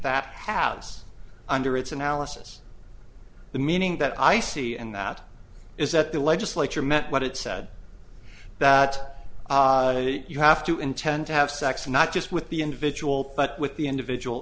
that house under its analysis the meaning that i see and that is that the legislature meant what it said that you have to intend to have sex not just with the individual but with the individual